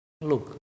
look